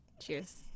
cheers